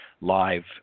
live